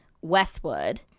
westwood